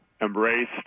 embraced